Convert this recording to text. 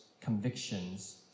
convictions